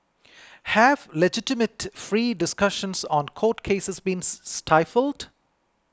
have legitimate free discussions on court cases been stifled